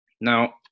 Now